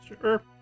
Sure